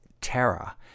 Terra